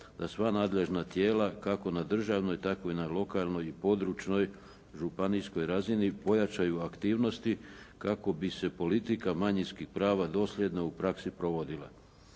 da sva nadležna tijela, kako i na državnoj tako i na lokalnoj i područnoj županijskoj razini pojačaju aktivnosti kako bi se politika manjinskih prava dosljedno u praksi provodila.